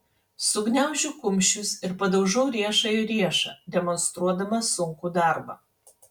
sugniaužiu kumščius ir padaužau riešą į riešą demonstruodama sunkų darbą